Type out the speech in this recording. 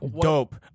dope